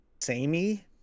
samey